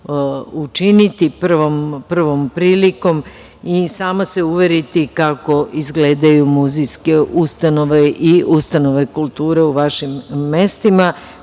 učiniti prvom prilikom i sama se uveriti kako izgledaju muzejske ustanove i ustanove kulture u vašim mestima. Još